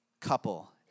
couple